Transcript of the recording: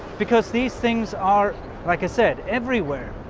because these things are like i said everywhere,